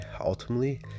ultimately